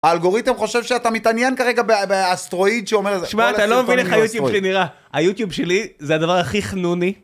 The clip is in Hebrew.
האלגוריתם חושב שאתה מתעניין כרגע באסטרואיד שאומר לזה. תשמע, אתה לא מבין איך היוטיוב שלי נראה. היוטיוב שלי זה הדבר הכי חנוני.